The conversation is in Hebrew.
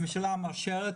הממשלה מאשרת.